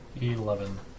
Eleven